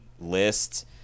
list